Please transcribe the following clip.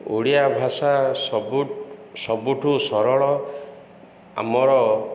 ଓଡ଼ିଆ ଭାଷା ସବୁ ସବୁଠୁ ସରଳ ଆମର